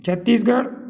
Chhattisgarh